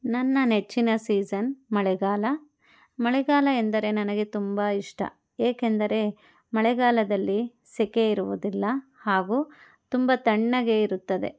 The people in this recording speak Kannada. ನನ್ನ ನೆಚ್ಚಿನ ಸೀಸನ್ ಮಳೆಗಾಲ ಮಳೆಗಾಲ ಎಂದರೆ ನನಗೆ ತುಂಬ ಇಷ್ಟ ಏಕೆಂದರೆ ಮಳೆಗಾಲದಲ್ಲಿ ಸೆಕೆ ಇರುವುದಿಲ್ಲ ಹಾಗೂ ತುಂಬ ತಣ್ಣಗೆ ಇರುತ್ತದೆ